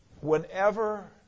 Whenever